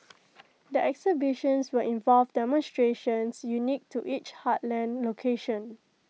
the exhibitions will involve demonstrations unique to each heartland location